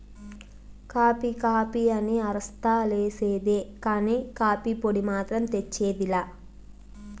coffee coffee అని అరస్తా లేసేదే కానీ, కాఫీ పొడి మాత్రం తెచ్చేది లా